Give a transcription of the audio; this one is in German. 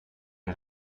der